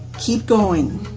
keep going.